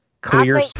clear